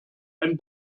ein